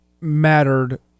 mattered